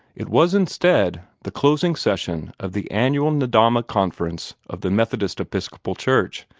it was instead the closing session of the annual nedahma conference of the methodist episcopal church,